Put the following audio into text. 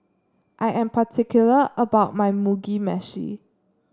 I am particular about my Mugi Meshi